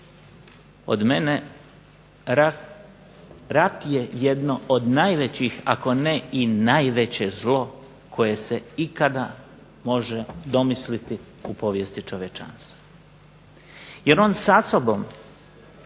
od mene rat je jedno od najvećih, ako ne i najveće zlo koje se ikada može domisliti u povijesti čovječanstva jer on sa sobom